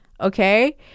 Okay